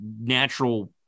natural